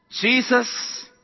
Jesus